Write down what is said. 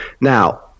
Now